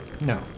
no